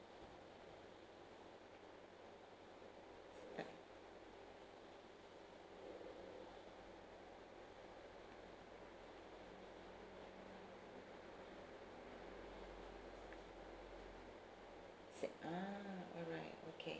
ah alright okay